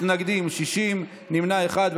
מתנגדים, 60, נמנע אחד.